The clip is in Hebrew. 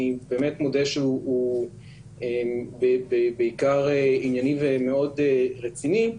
באמת מודה שהוא בעיקר ענייני ומאוד רציני,